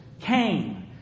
came